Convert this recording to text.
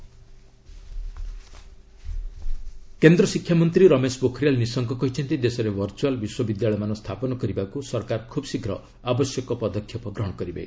virtual university କେନ୍ଦ୍ର ଶିକ୍ଷାମନ୍ତ୍ରୀ ରମେଶ ପୋଖରିଆଲ୍ ନିଶଙ୍କ କହିଛନ୍ତି ଦେଶରେ ଭର୍ଚୁଆଲ୍ ବିଶ୍ୱବିଦ୍ୟାଳୟମାନ ସ୍ଥାପନ କରିବାକୁ ସରକାର ଖୁବ୍ ଶୀଘ୍ର ଆବଶ୍ୟକ ପଦକ୍ଷେପ ଗ୍ରହଣ କରିବେ